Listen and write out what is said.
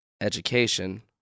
education